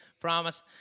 promise